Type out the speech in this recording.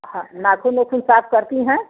हाँ नाखून उखून साफ़ करती हैं